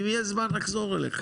ואם יהיה זמן נחזור אליך.